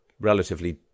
relatively